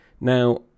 Now